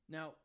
Now